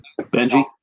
benji